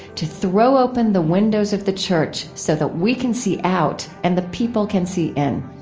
to throw open the windows of the church, so that we can see out and the people can see in.